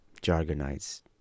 jargonites